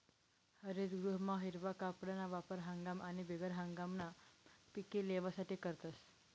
हरितगृहमा हिरवा कापडना वापर हंगाम आणि बिगर हंगाममा पिके लेवासाठे करतस